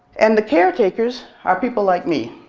and the caretakers are people like me.